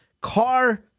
car